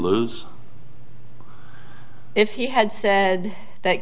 lose if he had said that